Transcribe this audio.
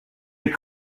des